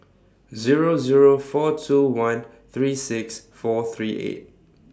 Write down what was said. Zero Zero four two one three six four three eight